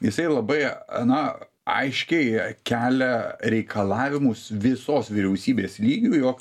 jisai labai na aiškiai kelia reikalavimus visos vyriausybės lygiu jog